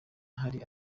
hari